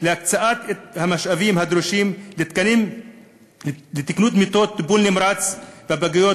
להקצות את המשאבים הדרושים לתקנון של מיטות טיפול נמרץ בפגיות,